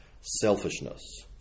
Selfishness